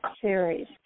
series